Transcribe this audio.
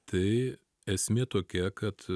tai esmė tokia kad